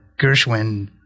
Gershwin